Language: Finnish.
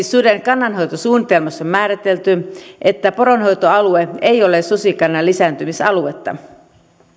suden kannanhoitosuunnitelmassa on määritelty että poronhoitoalue ei ole susikannan lisääntymisaluetta